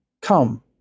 come